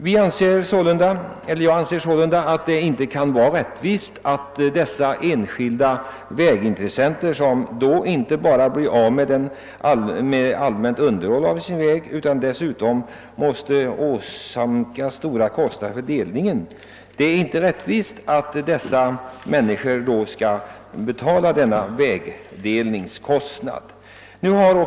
Vi anser det vara orättvist att de enskilda vägintressenterna då inte bara mister det allmänna vägunderhållet utan dessutom åsamkas stora kostnader för vägdelningen.